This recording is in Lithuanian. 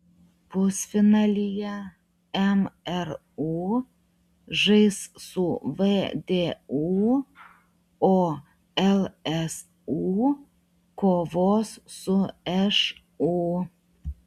pusfinalyje mru žais su vdu o lsu kovos su šu